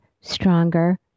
stronger